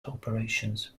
operations